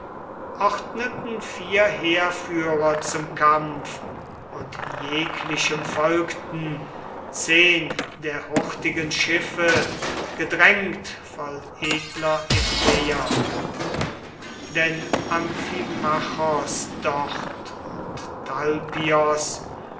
ordneten vier heerführer zum kampf und jeglichem folgten zehn der hurtigen schiffe gedrängt voll edlere denn amos dort und